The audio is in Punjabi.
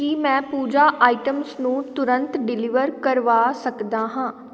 ਕੀ ਮੈਂ ਪੂਜਾ ਆਈਟਮਸ ਨੂੰ ਤੁਰੰਤ ਡਿਲੀਵਰ ਕਰਵਾ ਸਕਦਾ ਹਾਂ